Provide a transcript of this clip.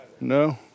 No